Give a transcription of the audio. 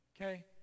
Okay